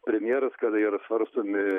premjeras kada ir svarstomi